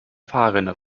fahrrinne